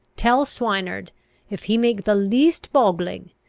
tell swineard if he make the least boggling,